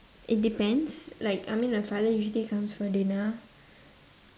it depends like I mean my father usually comes for dinner